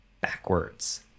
backwards